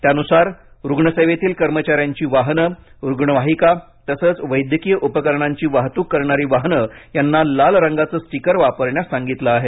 त्यानुसार रुग्णसेवेतील कर्मचाऱ्यांची वाहनं रुग्णवाहिका तसंच वैद्यकीय उपकरणांची वाहतूक करणारी वाहनं यांना लाल रंगाचं स्टिकर वापरण्यास सांगितलं आहे